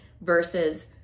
versus